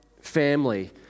family